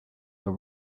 are